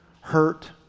hurt